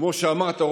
כמו שאמרת,